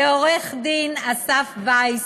לעורך-דין אסף וייס,